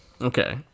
Okay